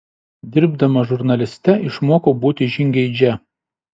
dirbdama žurnaliste išmokau būti žingeidžia